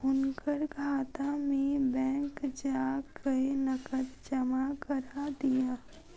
हुनकर खाता में बैंक जा कय नकद जमा करा दिअ